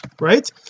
right